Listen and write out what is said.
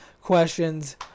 Questions